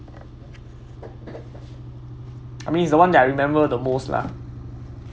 I mean is the one that I remembered the most lah